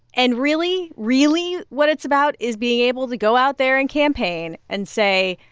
and really, really, what it's about is being able to go out there and campaign and say,